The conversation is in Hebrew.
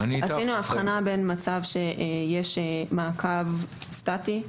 עשינו הבחנה בין מצב שיש מעקב סטטי,